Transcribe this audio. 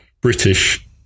British